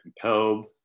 compelled